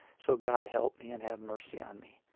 so god help me and have mercy on me.